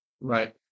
Right